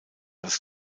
das